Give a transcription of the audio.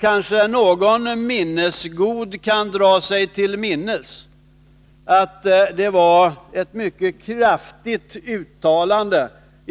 Kanske någon minnesgod person kan dra sig till minnes att det var ett mycket kraftigt uttalande